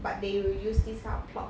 but they will use this kind of plot